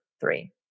three